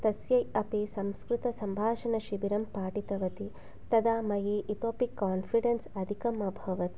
तस्यै अपि संस्कृतसम्भाषणशिबिरं पाठितवती तदा मयि इतोऽपि कान्फ़िडेन्स् अधिकम् अभवत्